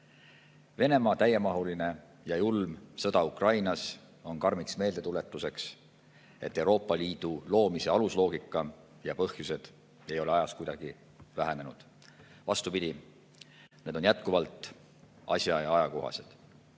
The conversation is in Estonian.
Venemaa täiemahuline ja julm sõda Ukrainas on karm meeldetuletus, et Euroopa Liidu loomise alusloogika ja põhjused ei ole ajas kuidagi vähenenud. Vastupidi, need on jätkuvalt asja- ja ajakohased.